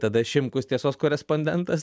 tada šimkus tiesos korespondentas